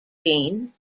jean